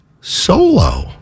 Solo